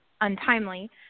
untimely